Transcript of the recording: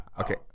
Okay